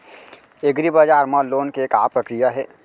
एग्रीबजार मा लोन के का प्रक्रिया हे?